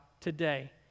today